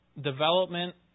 development